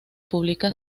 publica